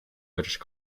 british